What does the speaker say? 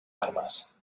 armas